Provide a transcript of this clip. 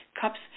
Cups